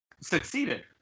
succeeded